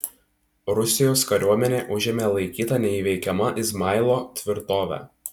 rusijos kariuomenė užėmė laikytą neįveikiama izmailo tvirtovę